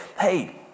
Hey